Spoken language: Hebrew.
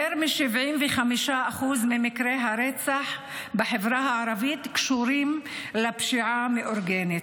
יותר מ-75% ממקרי הרצח בחברה הערבית קשורים לפשיעה המאורגנת.